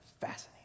fascinating